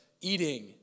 eating